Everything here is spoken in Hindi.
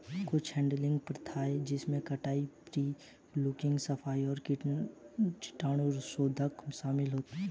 कुछ हैडलिंग प्रथाएं जिनमें कटाई, प्री कूलिंग, सफाई और कीटाणुशोधन शामिल है